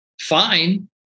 fine